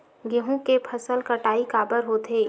गेहूं के फसल कटाई काबर होथे?